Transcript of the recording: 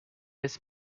his